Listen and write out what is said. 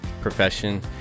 profession